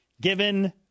given